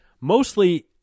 mostly